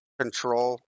control